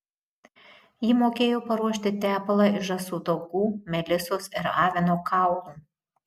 ji mokėjo paruošti tepalą iš žąsų taukų melisos ir avino kaulų